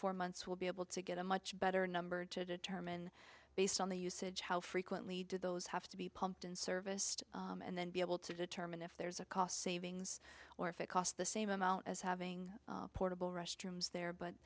four months we'll be able to get a much better number to determine based on the usage how frequently do those have to be pumped and serviced and then be able to determine if there's a cost savings or if it cost the same amount as having portable restrooms there but